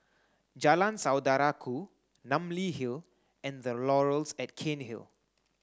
Jalan Saudara Ku Namly Hill and The Laurels at Cairnhill